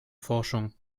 forschung